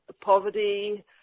poverty